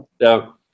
Now